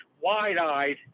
wide-eyed